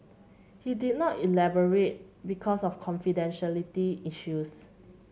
he did not elaborate because of confidentiality issues